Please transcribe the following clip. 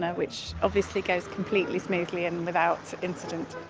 which obviously goes completely smoothly and without incident.